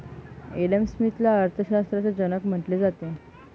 Adam स्मिथला अर्थशास्त्राचा जनक म्हटले जाते